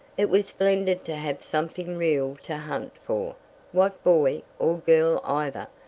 it was splendid to have something real to hunt for what boy, or girl either,